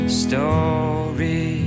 story